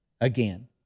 again